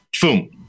boom